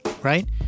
right